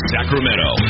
Sacramento